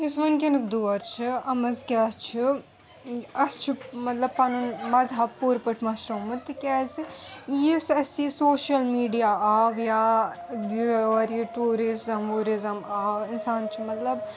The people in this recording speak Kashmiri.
یُس وُنکؠنُک دور چھُ اتھ منٛز کیٛاہ چھُ اَسہِ چھُ مَطلَب پَنُن مذہَب پوٗرٕ پٲٹھۍ مٔشروومُت تِکیٛازِ یُس اَسہِ یہِ سوشَل میٖڈیا آو یا یور یہِ ٹوٗرِزَم وُورِزٕم آو اِنسان چھُ مَطلَب